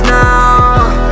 now